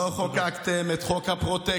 לא חוקקתם את חוק הפרוטקשן,